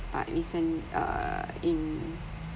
but recent uh in